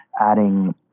adding